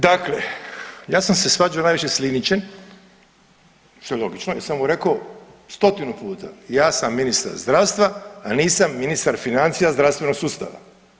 Dakle, ja sam se svađao najviše s Linićem, što je logično jer sam mu rekao stotinu puta, ja sam ministar zdravstva, a nisam ministar financija zdravstvenog sustava.